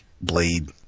Blade